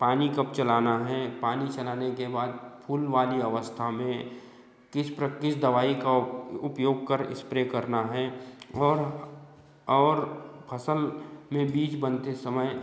पानी कब चलाना है पानी चलाने के बाद पूर्ण वाली अवस्था में किस प्रक किस दवाई का उपयोग कर स्प्रे करना है और और फसल में बीज बनते समय